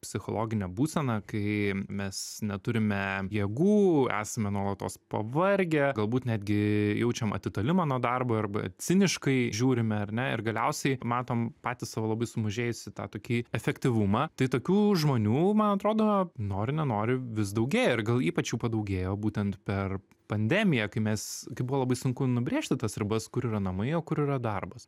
psichologinė būsena kai mes neturime jėgų esame nuolatos pavargę galbūt netgi jaučiam atitolimą nuo darbo arba ciniškai žiūrime ar ne ir galiausiai matom patys savo labai sumažėjus į tokį efektyvumą tai tokių žmonių man atrodo nori nenori vis daugėja ir gal ypač jų padaugėjo būtent per pandemiją kai mes kai buvo labai sunku nubrėžti tas ribas kur yra namai o kur yra darbas